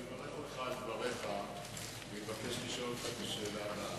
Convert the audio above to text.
אני מברך אותך על דבריך ומבקש לשאול אותך את השאלה